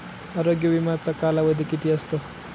आरोग्य विम्याचा कालावधी किती असतो?